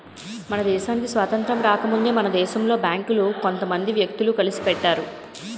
మన దేశానికి స్వాతంత్రం రాకముందే మన దేశంలో బేంకులు కొంత మంది వ్యక్తులు కలిసి పెట్టారు